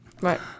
Right